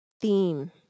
theme